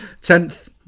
Tenth